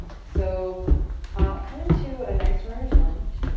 so ah come into a nice runner's lunge